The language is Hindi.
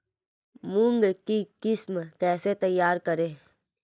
मूंग की किस्म कैसे तैयार करें?